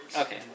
Okay